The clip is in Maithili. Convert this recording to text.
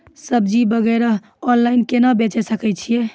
सब्जी वगैरह ऑनलाइन केना बेचे सकय छियै?